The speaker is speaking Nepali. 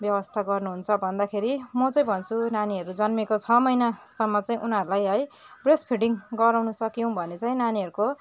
व्यवस्था गर्नुहुन्छ भन्दाखेरि म चाहिँ भन्छु नानीहरू जन्मेको छ महिनासम्म चाहिँ उनीहरूलाई है ब्रेस्ट फिडिङ गराउन सक्यौँ भने चाहिँ नानीहरूको